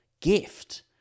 gift